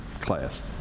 class